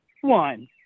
one